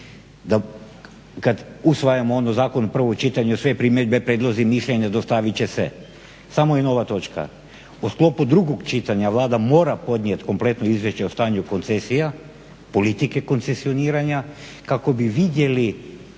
da kad usvajamo zakon u prvom čitanju, sve primjedbe, prijedlozi i mišljenja dostavit će se, samo je nova točka. U sklopu drugog čitanja Vlada mora podnijet kompletno izvješće o stanju koncesija, politike koncesioniranja kako bi vidjeli